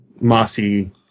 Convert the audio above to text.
mossy